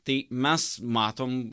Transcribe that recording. tai mes matom